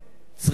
צריכים